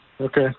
Okay